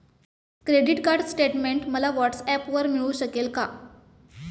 Credit card statement मला व्हॉट्सऍपवर मिळू शकेल का?